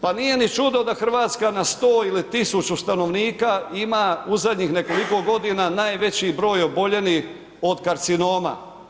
Pa nije ni čudo da Hrvatska na 100 ili 1000 stanovnika ima u zadnjih nekoliko godina najveći broj oboljelih od karcinoma.